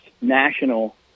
national